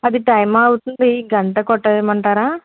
అది టైమ్ అవుతుంది గంట కొట్టమంటారా